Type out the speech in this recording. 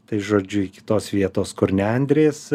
tai žodžiu iki tos vietos kur nendrės